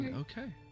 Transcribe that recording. okay